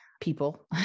people